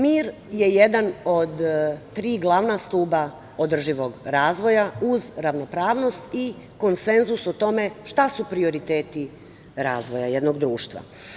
Mir je jedan od tri glavna stuba održivog razvoja, uz ravnopravnost i konsenzus o tome šta su prioriteti razvoja jednog društva.